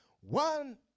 One